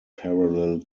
parallel